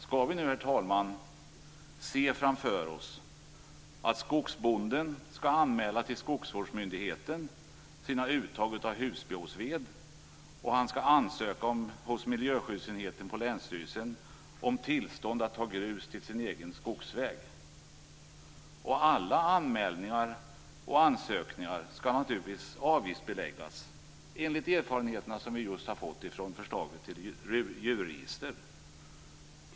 Skall vi nu se framför oss att skogsbonden till skogsvårdsmyndigheten skall anmäla sina uttag av husbehovsved och hos miljöskyddsenheten på länsstyrelsen ansöka om tillstånd att ta grus till sin egen skogsväg? Alla anmälningar och ansökningar skall naturligtvis avgiftsbeläggas enligt erfarenheter som vi just fått från förslaget till djurregister.